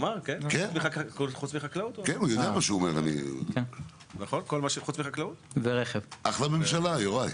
אחלה ממשלה, יוראי.